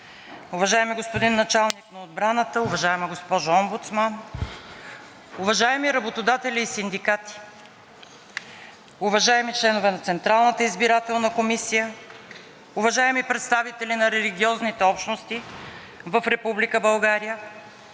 уважаеми господин Началник на отбраната, уважаема госпожо Омбудсман, уважаеми членове на Централната избирателна комисия, уважаеми представители на религиозните общности в Република България,